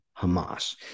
Hamas